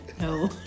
no